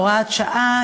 הוראת שעה),